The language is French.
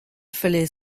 fallait